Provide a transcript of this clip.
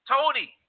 Tony